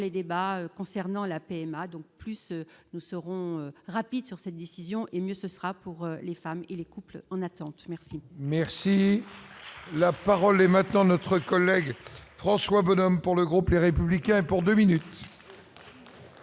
les débats concernant la PMA, donc plus nous serons rapide sur cette décision et mieux ce sera pour les femmes et les couples en attente, merci. Merci, la parole est maintenant notre collègue François Bonhomme pour le groupe des Républicains pour 2 minutes.